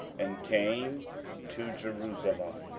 and came to jerusalem.